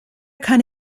kann